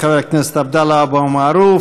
תודה לחבר הכנסת עבדאללה אבו מערוף.